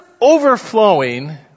overflowing